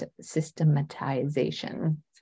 systematization